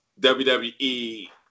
WWE